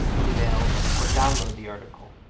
email or download the article.